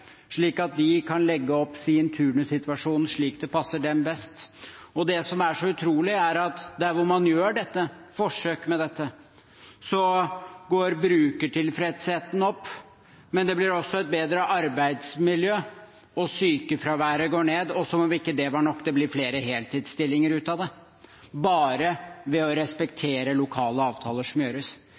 slik at de kan legge opp sin turnussituasjon slik det passer dem best. Det som er så utrolig, er at der hvor man gjør forsøk med dette, går brukertilfredsheten opp, det blir også et bedre arbeidsmiljø og sykefraværet går ned. Og som om ikke det var nok, blir det flere heltidsstillinger av det, bare ved å respektere lokale avtaler som gjøres.